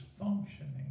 functioning